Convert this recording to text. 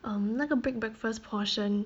um 那个 big breakfast portion